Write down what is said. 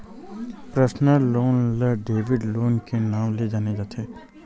personal loan ल wedding loan के नांव ले जाने जाथे